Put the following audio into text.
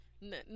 no